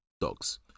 dogs